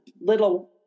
little